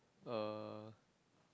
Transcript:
uh